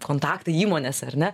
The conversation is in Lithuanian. kontaktai įmonėse ar ne